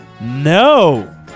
No